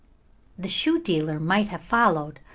the shoe dealer might have followed,